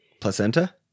Placenta